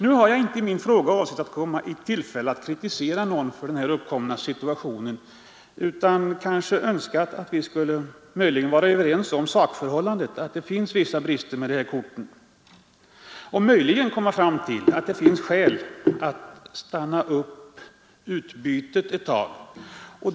Nu har jag inte med min fråga avsett att få tillfälle att kritisera någon för den uppkomna situationen, utan jag har önskat att vi skulle kunna vara överens om sakförhållandet, nämligen att det föreligger vissa brister hos de här korten, och möjligen komma fram till att det finns skäl att stanna upp utbytet ett tag.